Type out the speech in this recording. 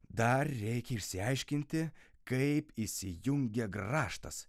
dar reikia išsiaiškinti kaip įsijungia grąžtas